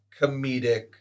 comedic